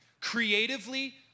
Creatively